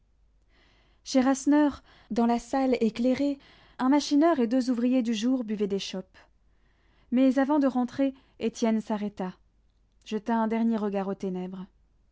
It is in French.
chez rasseneur dans la salle éclairée un machineur et deux ouvriers du jour buvaient des chopes mais avant de rentrer étienne s'arrêta jeta un dernier regard aux ténèbres